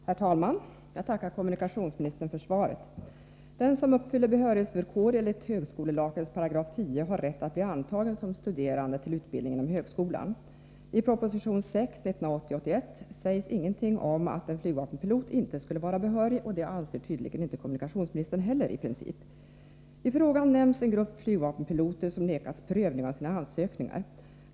Herr talman! Jag tackar kommunikationsministern för svaret. 1980/81:6 sägs ingenting om att en flygvapenpilot inte skulle vara behörig, och det anser tydligen inte kommunikationsministern heller i princip. I min fråga nämndes en grupp flygvapenpiloter som vägrats prövning av sina ansökningar.